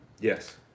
Yes